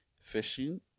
fishing